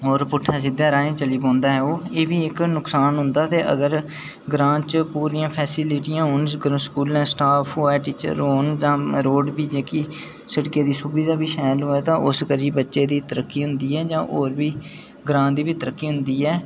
होर पिट्ठे सिद्धे राहें चली पौंदा ऐ ओह् ते एह्बी इक्क नुक्सान होंदा अगर ग्रांऽ च पूरियां फैस्लिटियां होन अगर स्कूलें स्टॉफ होऐ ते कन्नै टीचर होन जां रोड़ बी जेह्की सिड़कै दी शैल होऐ तां बच्चे दी तरक्की होंदी ऐ जां होर बी ग्रांऽ दी बी तरक्की होंदी ऐ